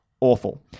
awful